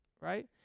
right